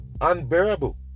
Unbearable